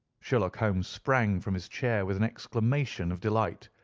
sherlock holmes sprang from his chair with an exclamation of delight.